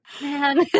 man